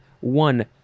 One